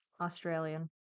Australian